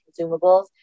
consumables